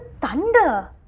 thunder